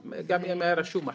גם אם היה רשום מחקו.